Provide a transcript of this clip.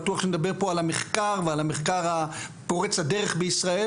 כפי שמתבטא בהמון פרמטרים,